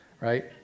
right